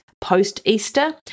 post-Easter